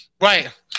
Right